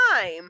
time